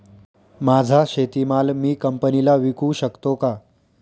माझा शेतीमाल मी कंपनीला विकू शकतो का?